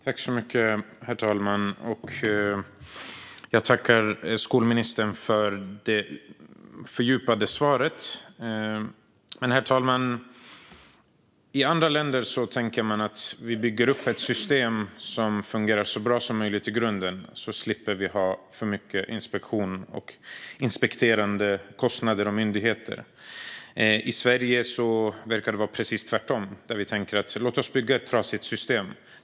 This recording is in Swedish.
Herr talman! Jag tackar skolministern för det fördjupade svaret. I andra länder tänker man att man ska bygga upp ett system som fungerar så bra som möjligt i grunden för att slippa ha för mycket inspektioner, kostnader för inspektioner och myndigheter. I Sverige verkar det vara precis tvärtom. Vi tänker: Låt oss bygga ett trasigt system.